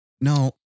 no